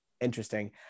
interesting